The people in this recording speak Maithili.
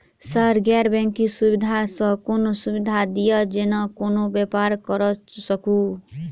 सर गैर बैंकिंग सुविधा सँ कोनों सुविधा दिए जेना कोनो व्यापार करऽ सकु?